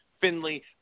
Finley